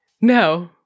No